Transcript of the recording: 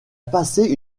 passé